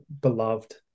beloved